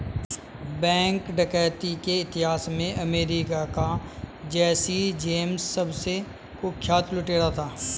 bank डकैती के इतिहास में अमेरिका का जैसी जेम्स सबसे कुख्यात लुटेरा था